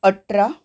अठरा